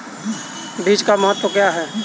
बीज का महत्व क्या है?